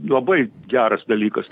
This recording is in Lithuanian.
labai geras dalykas